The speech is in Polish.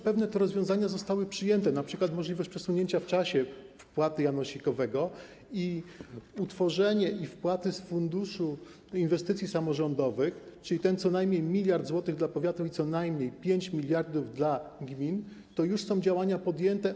Pewne rozwiązania zostały już przyjęte, np. możliwość przesunięcia w czasie wpłaty janosikowego i utworzenie, i wpłaty z Funduszu Inwestycji Samorządowych, czyli ten co najmniej 1 mld zł dla powiatów i co najmniej 5 mld dla gmin, to już są działania podjęte.